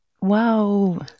wow